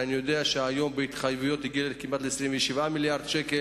אני יודע שהיום בהתחייבויות הגיעו כמעט ל-27 מיליארד ש"ח,